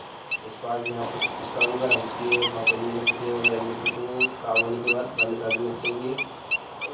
spark जहाँ पर spark वगैरह होती है वहाँ पे भी नहीं रखना चाहिए और रेगुलेटर को उसे काम होने के बाद बंद कर देना चहिए